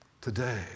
today